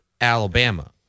Alabama